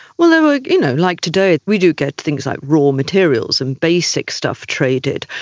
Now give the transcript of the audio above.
well, there were, you know, like today we do get things like raw materials and basic stuff traded.